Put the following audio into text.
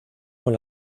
con